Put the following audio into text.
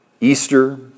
Easter